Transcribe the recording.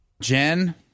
Jen